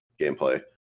gameplay